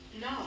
No